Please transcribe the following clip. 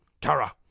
Tara